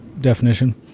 definition